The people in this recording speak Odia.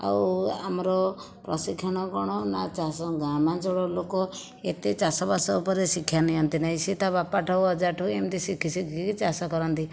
ଆଉ ଆମର ପ୍ରଶିକ୍ଷଣ କ'ଣ ନା ଚାଷ ଗ୍ରାମାଞ୍ଚଳର ଲୋକ ଏତେ ଚାଷ ବାସ ଉପରେ ଶିକ୍ଷା ନିଅନ୍ତି ନାହିଁ ସେ ତା ବାପା ଠୁ ଅଜା ଠୁ ଏମିତି ଶିଖି ଶିଖିକି ଚାଷ କରନ୍ତି